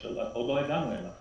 עוד לא הגענו אליו.